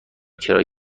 کرایه